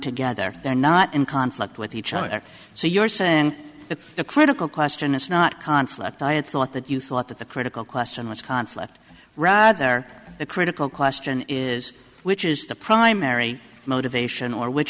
together they're not in conflict with each other so you're saying that the critical question is not conflict i had thought that you thought that the critical question was conflict rather the critical question is which is the primary motivation or which